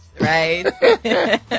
right